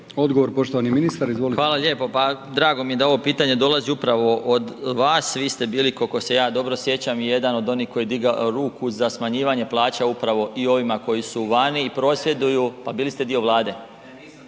Odgovor, poštovani ministar, izvolite. **Marić, Zdravko** Hvala lijepo. Pa drago mi je da ovo pitanje dolazi od upravo od vas, vi ste bili, koliko se ja dobro sjećam i jedan od onih koji je digao ruku za smanjivanje plaća upravo i ovima koji su vani i prosvjeduju. .../Upadica